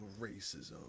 racism